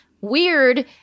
weird